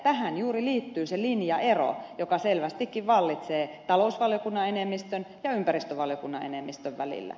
tähän juuri liittyy se linjaero joka selvästikin vallitsee talousvaliokunnan enemmistön ja ympäristövaliokunnan enemmistön välillä